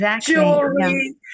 jewelry